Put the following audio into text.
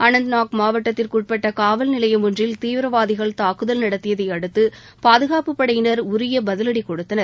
அனந்தநாக் மாவட்டத்திற்கு உட்பட்ட காவல்நிலையம் ஒன்றில் தீவிரவாதிகள் தாக்குதல் நடத்தியதை அடுத்து பாதுகாப்புப் படையினர் உரிய பதிலடி கொடுத்தனர்